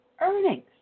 earnings